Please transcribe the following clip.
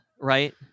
right